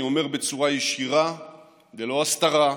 אני אומר בצורה ישירה ללא הסתרה,